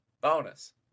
bonus